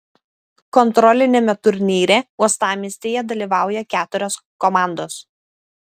kontroliniame turnyre uostamiestyje dalyvauja keturios komandos